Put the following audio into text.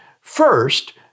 first